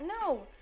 No